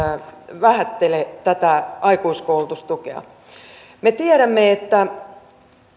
vähättele tätä aikuiskoulutustukea me tiedämme että